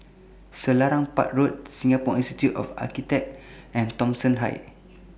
Selarang Park Road Singapore Institute of Architects and Thomson Heights